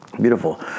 Beautiful